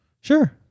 Sure